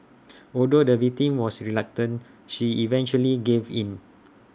although the victim was reluctant she eventually gave in